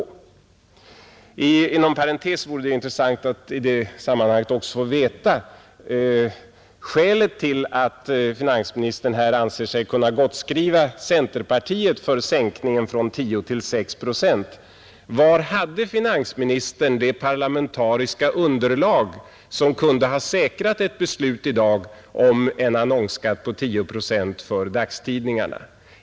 Inom parentes vore det intressant att i detta sammanhang få veta skälet till att finansministern här anser sig kunna gottskriva centerpartiet sänkningen från 10 till 6 procent. Var hade finansministern det parlamentariska underlag som kunde ha säkrat ett beslut i dag om en annonsskatt på 10 procent för dagstidningarna?